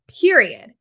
period